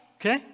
okay